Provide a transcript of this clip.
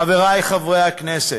חברי חברי הכנסת,